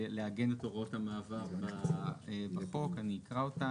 לעגן את הוראות המעבר כאןואני אקרא אותן.